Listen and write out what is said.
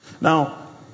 Now